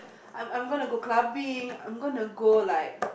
I'm I'm going to go clubbing I'm going to go like